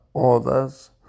others